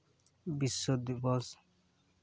ᱵᱤᱥᱥᱚ ᱫᱤᱵᱚᱥ